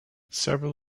several